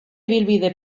ibilbide